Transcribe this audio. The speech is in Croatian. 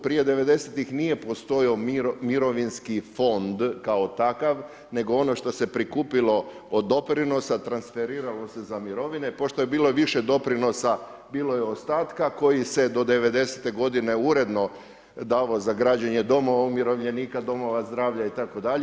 Prije '90.-tih nije postojao mirovinski fond kao takav nego ono što se prikupilo od doprinosa transferiralo se za mirovine, pošto je bilo više doprinosa bilo je ostatka koji se do '90.-te godine uredno davao za građenje domova umirovljenika, domova zdravlja itd.